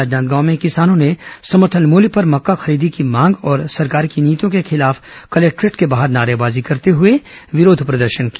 राजनांदगांव में किसानों ने समर्थन मृल्य पर मक्का खरीदी की मांग और सरकार की नीतियों के खिलाफ कलेक्टोरेट के बाहर नारेबाजी करते हुए विरोध प्रदर्शन किया